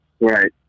Right